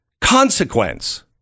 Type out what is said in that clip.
consequence